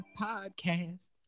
podcast